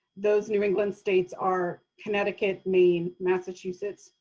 those new england states are connecticut, maine, massachusetts,